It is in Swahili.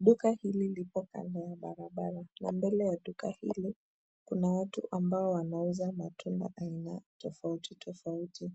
Duka hili liko kando ya barabara, na mbele ya duka hili kuna watu ambao wanauza matunda aina tofauti tofauti,